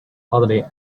hardly